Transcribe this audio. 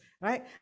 right